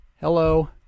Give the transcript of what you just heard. Hello